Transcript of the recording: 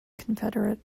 confederate